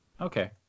Okay